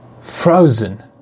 frozen